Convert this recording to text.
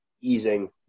easing